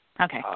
Okay